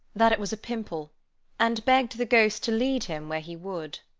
that it was a pimple and begged the ghost to lead him where he would.